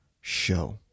show